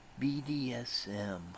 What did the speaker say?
BDSM